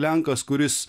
lenkas kuris